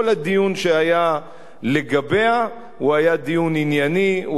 כל הדיון שהיה לגביה היה דיון ענייני,